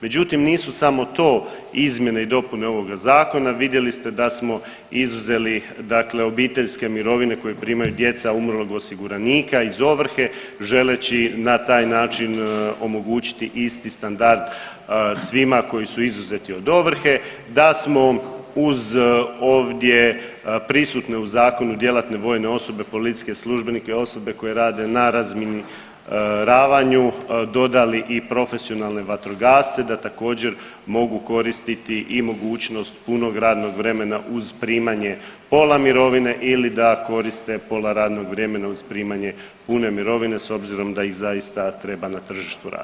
Međutim, nisu samo to izmjene i dopune ovoga zakona, vidjeli ste da smo izuzeli obiteljske mirovine koje primaju djeca umrlog osiguranika iz ovrhe želeći na taj način omogućiti isti standard svima koji su izuzeti od ovrhe, da smo uz ovdje prisutne u zakonu djelatne vojne osobe, policijske službenike, osobe koje rade na razminiravaju dodali i profesionalne vatrogasce da također mogu koristiti i mogućnost punog radnog vremena uz primanje pola mirovine ili da koriste pola radnog vremena uz primanje pune mirovine s obzirom da ih zaista treba na tržištu rada.